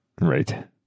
right